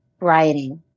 rioting